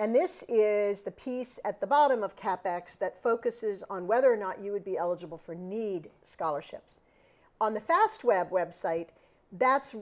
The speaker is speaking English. and this is the piece at the bottom of cap ex that focuses on whether or not you would be eligible for need scholarships on the fastweb website that's